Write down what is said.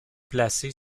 placée